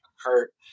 Hurt